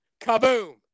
kaboom